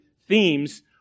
themes